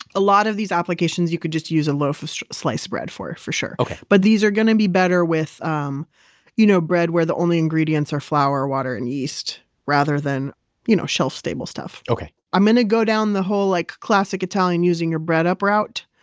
a lot of these applications you could just use a loaf of so sliced bread for, for sure okay but these are going to be better with um you know bread where the only ingredients are flour water and yeast rather than you know shelf-stable stuff okay seventeen i'm going to go down the whole like classic italian using your bread up route,